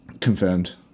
Confirmed